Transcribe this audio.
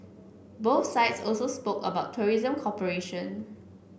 both sides also spoke about tourism cooperation